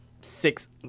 six